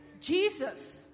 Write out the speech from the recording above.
Jesus